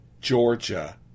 Georgia